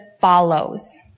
follows